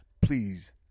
Please